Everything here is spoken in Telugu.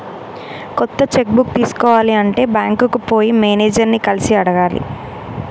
కొత్త చెక్కు బుక్ తీసుకోవాలి అంటే బ్యాంకుకు పోయి మేనేజర్ ని కలిసి అడగాలి